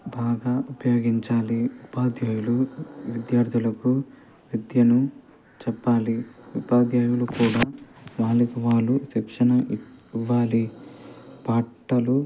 బాగా ఉపయోగించాలి ఉపాధ్యాయులు విద్యార్థులకు విద్యను చెప్పాలి ఉపాధ్యాయులు కూడా వాళ్ళకి వాళ్ళు శిక్షణ ఇవ్వాలి పాటలు